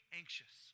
anxious